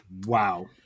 Wow